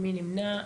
מי נמנע?